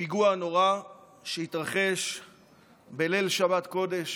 בפיגוע הנורא שהתרחש בליל שבת קודש